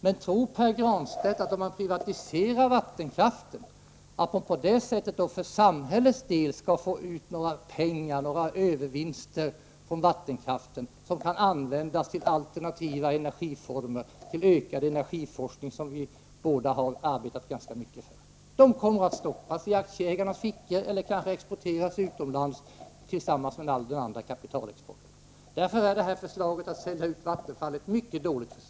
Men tror Pär Granstedt att man genom att privatisera vattenkraften får ut några pengar, några övervinster, för samhällets del som kan användas till alternativa energiformer eller till ökad energiforskning, som vi båda har arbetat ganska mycket för? De pengarna kommer att stoppas i aktieägarnas fickor eller exporteras tillsammans med all annan kapitalexport. Därför är förslaget att sälja ut Vattenfall ett mycket dåligt förslag.